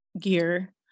gear